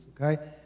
okay